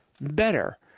better